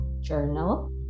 Journal